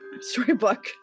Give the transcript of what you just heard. Storybook